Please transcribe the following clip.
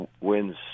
wins